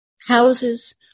Houses